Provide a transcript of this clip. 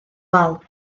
wal